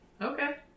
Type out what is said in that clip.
Okay